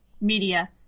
media